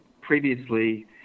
previously